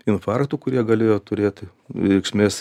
infarktų kurie galėjo turėti reikšmės